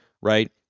right